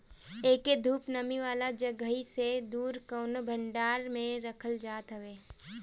एके धूप, नमी वाला जगही से दूर कवनो भंडारा में रखल जात हवे